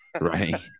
Right